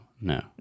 no